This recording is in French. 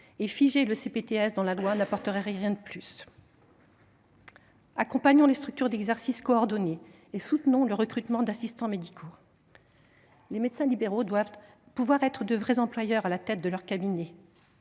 Les figer dans la loi n’apporterait rien de plus. Accompagnons les structures d’exercice coordonné et soutenons le recrutement d’assistants médicaux. Les médecins libéraux doivent pouvoir être de vrais employeurs à la tête de leur cabinet.